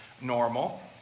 normal